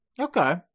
Okay